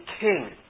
king